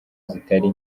zitari